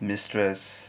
release stress